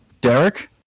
Derek